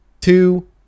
two